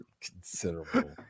Considerable